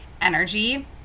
energy